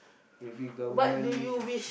every Government is